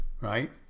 Right